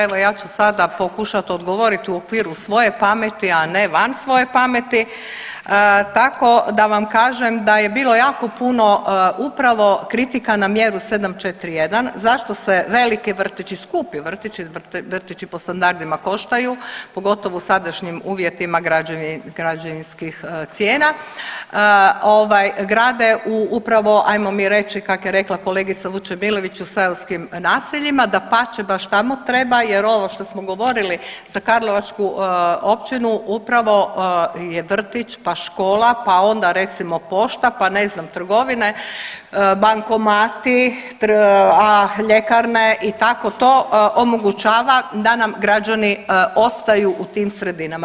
Evo ja ću sada pokušat odgovoriti u okviru svoje pameti, a ne van svoje pameti tako da vam kažem da je bilo jako puno upravo kritika na mjeru 7.4.1. zašto se veliki vrtići, skupi vrtići, vrtići po standardima koštaju, pogotovo u sadašnjim uvjetima građevinskih cijena grade upravo ajmo mi reći kako je rekla kolegica Vučemilović u seoskim naseljima, dapače baš tamo treba jer ovo što smo govorili za karlovačku općinu upravo je vrtić, pa škola, pa onda recimo pošta, pa ne znam trgovine, bankomati, ljekarne i tako to omogućava da nam građani ostaju u tim sredinama.